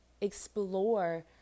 explore